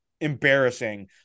embarrassing